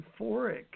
euphoric